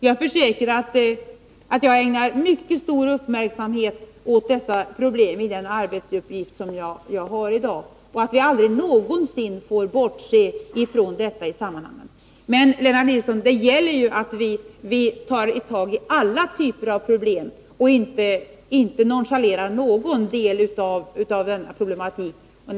Jag försäkrar att jag ägnar mycket stor uppmärksamhet åt dessa problem i den arbetsuppgift som jaghari dag. Vi får aldrig någonsin i det här sammanhanget bortse från dessa frågor. Men, Lennart Nilsson, det gäller att ta tag i alla typer av problem. Vi får inte nonchalera någon del av problematiken.